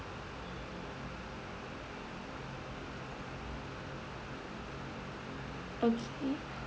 okay